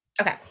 Okay